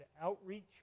Outreach